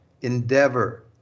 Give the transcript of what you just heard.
endeavor